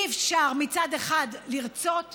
אי-אפשר מצד אחד לרצות ולשאוף,